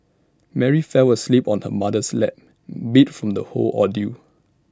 Mary fell asleep on her mother's lap beat from the whole ordeal